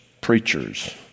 preachers